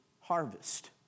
harvest